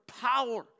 power